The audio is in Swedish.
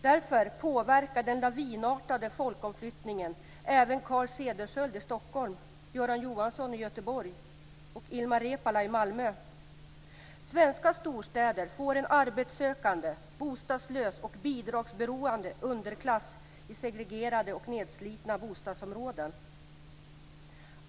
Därför påverkar den lavinartade folkomflyttningen även Carl Cederschiöld i Stockholm, Göran Johansson i Göteborg och Ilmar Reepalu i Malmö. Svenska storstäder får en arbetssökande, bostadslös och bidragsberoende underklass i segregerade och nedslitna bostadsområden.